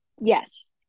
Yes